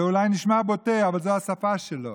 זה אולי נשמע בוטה, אבל זו השפה שלו.